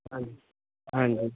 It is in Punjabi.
ਹਾਂਜੀ ਹਾਂਜੀ